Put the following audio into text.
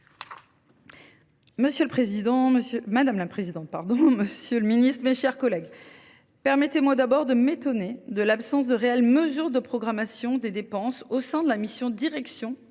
Madame la présidente, monsieur le ministre, mes chers collègues, permettez moi de m’étonner tout d’abord de l’absence de réelles mesures de programmation des dépenses au sein de la mission « Direction